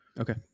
okay